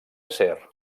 acer